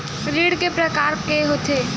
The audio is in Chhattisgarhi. ऋण के प्रकार के होथे?